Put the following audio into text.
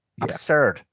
Absurd